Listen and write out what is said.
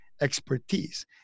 expertise